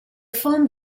film